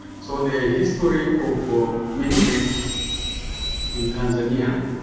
so the history of ah mini grids in tanzania,